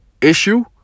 issue